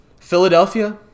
Philadelphia